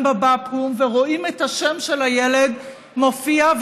בבקו"ם ורואים את השם של הילד מופיע,